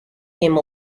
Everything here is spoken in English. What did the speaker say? came